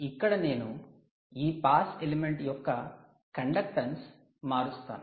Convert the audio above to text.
ఇక్కడ నేను ఈ 'పాస్ ఎలిమెంట్' 'pass element' యొక్క కండక్టెన్స్ మారుస్తున్నాను